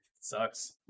Sucks